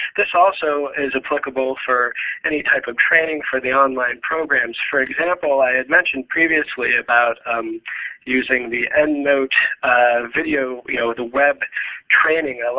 this also is applicable for any type of training for the online programs. for example, i had mentioned previously about using the endnote video you know web training.